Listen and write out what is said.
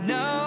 no